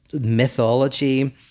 mythology